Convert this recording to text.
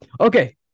Okay